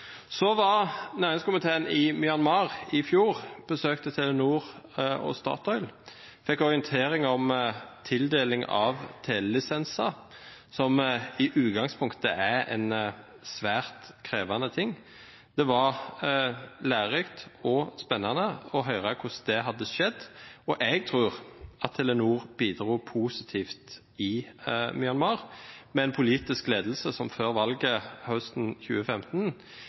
Myanmar i fjor og besøkte Telenor og Statoil og fikk orientering om tildeling av telelisenser, som i utgangspunktet er svært krevende. Det var lærerikt og spennende å høre hvordan det hadde skjedd. Jeg tror at Telenor bidro positivt i Myanmar, et land med en politisk ledelse som før valget høsten 2015